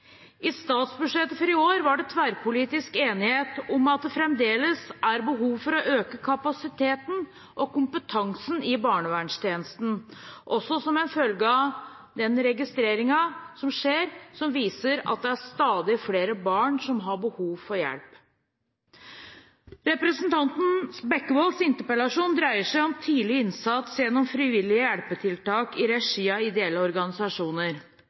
I statsbudsjettet for i år var det tverrpolitisk enighet om at det fremdeles er behov for å øke kapasiteten og kompetansen i barnevernstjenesten, også som en følge av den registreringen som skjer, som viser at det er stadig flere barn som har behov for hjelp. Representanten Bekkevolds interpellasjon dreier seg om tidlig innsats gjennom frivillige hjelpetiltak i regi av ideelle organisasjoner.